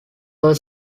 more